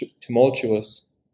tumultuous